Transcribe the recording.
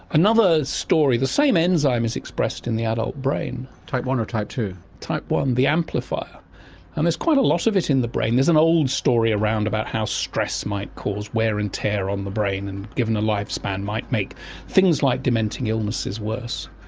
another story, story, the same enzyme is expressed in the adult brain. type one or type two? type one, the amplifier and there's quite a lot of it in the brain. there's an old story around about how stress might cause wear and tear on the brain and given the lifespan might make things like dementing illnesses worse.